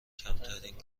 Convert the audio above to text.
کمترین